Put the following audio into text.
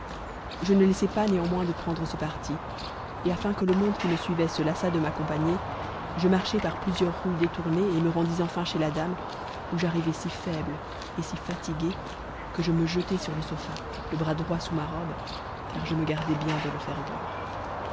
je ne laissai pas néanmoins de prendre ce parti et afin que le monde qui me suivait se lassât de m'accompagner je marchai par plusieurs rues détournées et me rendis enfin chez la dame où j'arrivai si faible et si fatigué que je me jetai sur le sofa le bras droit sous ma robe car je me gardai bien de le faire voir